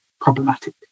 problematic